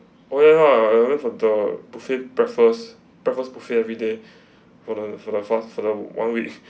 oh ya I went for the buffet breakfast breakfast buffet every day for the for the first for the one week